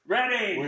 ready